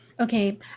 okay